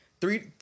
three